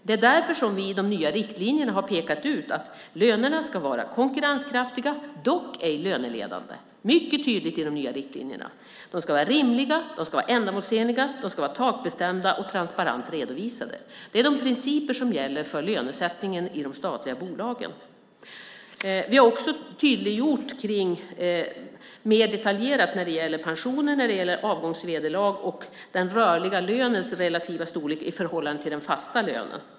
Det är därför som vi i de nya riktlinjerna har pekat ut att lönerna ska vara konkurrenskraftiga, dock ej löneledande. Det står mycket tydligt i de nya riktlinjerna. De ska vara rimliga, ändamålsenliga, takbestämda och transparent redovisade. Det är de principer som gäller för lönesättningen i de statliga bolagen. Vi har också tydliggjort mer detaljerat vad gäller pensioner, avgångsvederlag och den rörliga lönens relativa storlek i förhållande till den fasta.